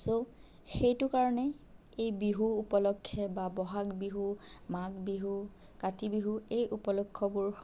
চ' সেইটো কাৰণে এই বিহু উপলক্ষে বা বহাগ বিহু মাঘ বিহু কাতি বিহু এই উপলক্ষবোৰ